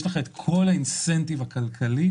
יש לך את כל האינסנטיב הכלכלי,